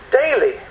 daily